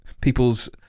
people's